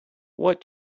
what